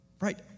right